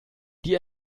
die